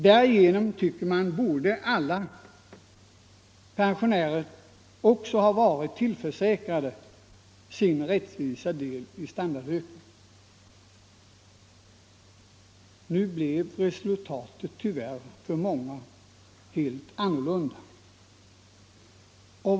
Därigenom, tycker man, borde alla pensionärer också ha tillförsäkrats sin rättmätiga del i standardökningen. Nu blev resultatet tyvärr för många helt annorlunda.